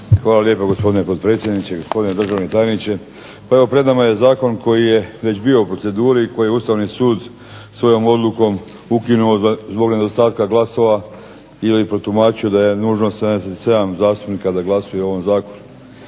Hvala lijepa gospodine potpredsjedniče, gospodine državni tajniče. Pa evo, pred nama je zakon koji je već bio u proceduri i koji je Ustavni sud svojom odlukom ukinuo zbog nedostatka glasova ili protumačio da je nužno 77 zastupnika da glasuje o ovom zakonu.